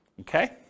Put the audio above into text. okay